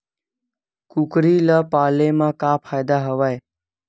कुकरी ल पाले म का फ़ायदा हवय?